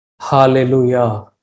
Hallelujah